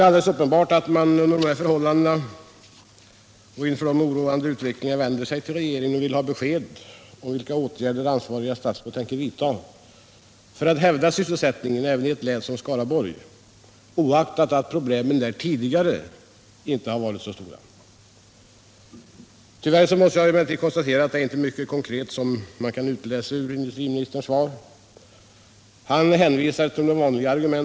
Inför denna mycket oroande utveckling vänder man sig till regeringen för att få besked om vilka åtgärder ansvariga statsråd tänker vidta för att hävda sysselsättningen även i ett län som Skaraborgs, oaktat att problemen där tidigare inte varit så stora. Tyvärr måste jag emellertid konstatera att det är inte mycket konkret man kan utläsa av industriministerns svar. Han hänvisar till de vanliga omständigheterna.